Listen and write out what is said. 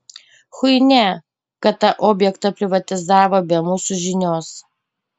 chuinia kad tą objektą privatizavo be mūsų žinios